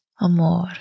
Amor